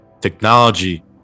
Technology